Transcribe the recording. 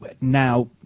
now